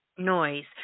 noise